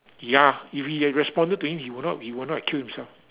ya if we had responded to him he would not he would not kill himself